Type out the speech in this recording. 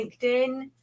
LinkedIn